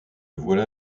voilà